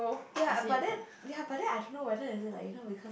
ya but then ya but then I don't know whether is it like you know because